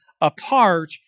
apart